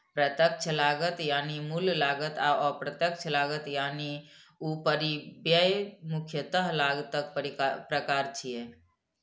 प्रत्यक्ष लागत यानी मूल लागत आ अप्रत्यक्ष लागत यानी उपरिव्यय मुख्यतः लागतक प्रकार छियै